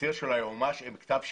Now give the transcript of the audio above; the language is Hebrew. ותצהיר של היועץ המשפטי עם כתב שיפוי.